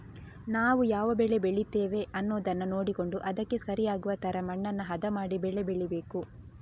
ನಾವು ಯಾವ ಬೆಳೆ ಬೆಳೀತೇವೆ ಅನ್ನುದನ್ನ ನೋಡಿಕೊಂಡು ಅದಕ್ಕೆ ಸರಿ ಆಗುವ ತರ ಮಣ್ಣನ್ನ ಹದ ಮಾಡಿ ಬೆಳೆ ಬೆಳೀಬೇಕು